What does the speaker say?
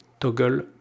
Toggle